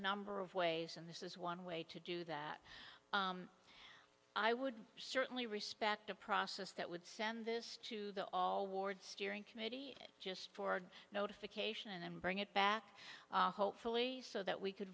number of ways and this is one way to do that i would certainly respect a process that would send this to the all ward steering committee just for notification and bring it back hopefully so that we could